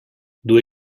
due